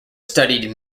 studied